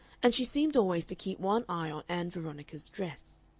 and she seemed always to keep one eye on ann veronica's dress.